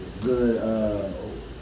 Good